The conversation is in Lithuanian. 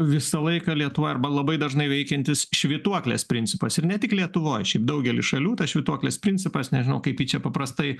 visą laiką lietuvoj arba labai dažnai veikiantis švytuoklės principas ir ne tik lietuvoj šiaip daugely šalių tas švytuoklės principas nežinau kaip jį čia paprastai